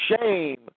shame